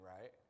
right